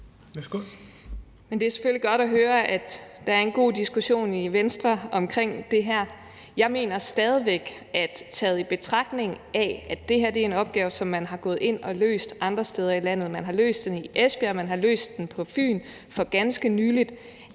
Det er selvfølgelig godt at høre, at der er en god diskussion i Venstre omkring det her. Jeg mener stadig væk, at det faktisk, i betragtning af at det her er en opgave, som man er gået ind og har løst andre steder i landet for nylig – man har løst den i Esbjerg, man har løst den på Fyn – bliver en lidt